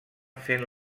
fent